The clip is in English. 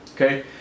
okay